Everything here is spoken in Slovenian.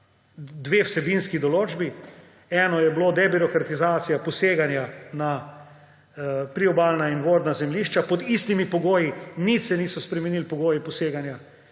dve vsebinski določbi. Ena je bila debirokratizacija poseganja na priobalna in vodna zemljišča pod istimi pogoji; nič se niso spremenili pogoji poseganja.